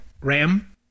Ram